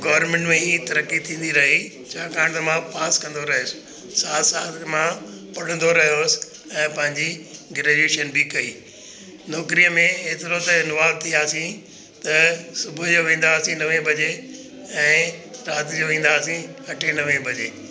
government में ई तरक़ी थींदी रही छाकाणि त मां पास कंदो रहियुसि साथ साथ मां पढ़ंदो रहियुसि ऐं पंहिंजी ग्रेजुएशन बि कई नौकरीअ में एतिरो त इंवॉल्व थी वियासीं त सुबुह जो वेंदासीं नवे बजे ऐं राति जो ईंदासीं अठे नवे बजे